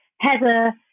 Heather